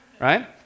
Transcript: right